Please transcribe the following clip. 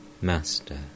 Master